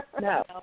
No